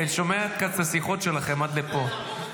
כי אני שומע את השיחות שלכם עד לפה.